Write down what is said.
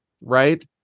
right